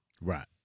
Right